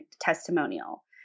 testimonial